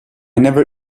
never